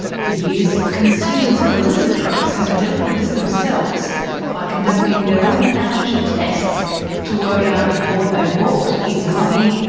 for years, consumers of illicit drugs have dealt with this themselves by conducting their own amateur tests to work out if what they've bought is lovey,